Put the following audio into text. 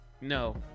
No